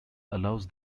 allows